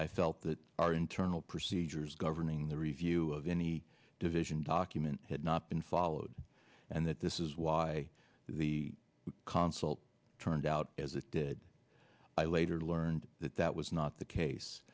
i felt that our internal procedures governing the review of any division document had not been followed and that this is why the consul turned out as it did i later learned that that was not the case